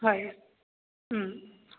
হয়